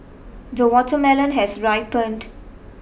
the watermelon has ripened